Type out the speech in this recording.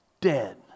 dead